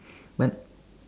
but